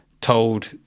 told